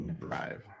drive